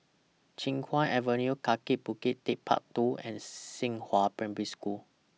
Chiap Guan Avenue Kaki Bukit Techpark two and Xinghua Primary School